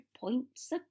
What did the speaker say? points